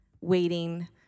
waiting